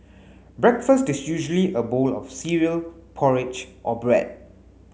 breakfast is usually a bowl of cereal porridge or bread